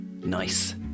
Nice